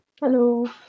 hello